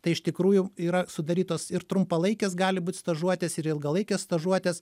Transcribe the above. tai iš tikrųjų yra sudarytos ir trumpalaikės gali būt stažuotės ir ilgalaikės stažuotės